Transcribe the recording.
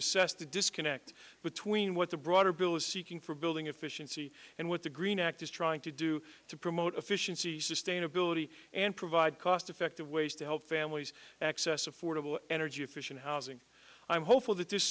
assess the disconnect between what the broader bill is seeking for building efficiency and what the green act is trying to do to promote efficiency sustainability and provide cost effective ways to help families access affordable energy efficient housing i'm hopeful that this